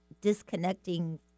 disconnecting